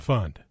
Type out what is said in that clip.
Fund